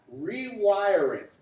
rewiring